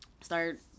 Start